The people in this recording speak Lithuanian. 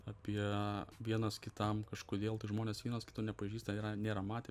apie vienas kitam kažkodėl tai žmonės vienas kito nepažįsta nėra matę